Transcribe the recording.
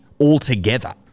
altogether